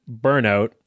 burnout